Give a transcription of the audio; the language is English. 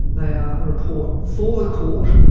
they are a report for the court.